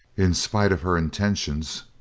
in spite of her intentions,